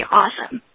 awesome